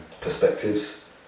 perspectives